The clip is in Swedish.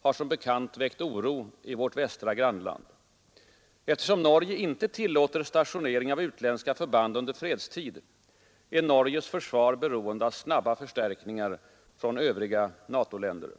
har som bekant väckt oro i vårt västra grannland. Eftersom Norge inte tillåter stationering av utländska förband under fredstid, är Norges försvar beroende av snabba förstärkningar från övriga NATO-länder.